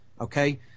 okay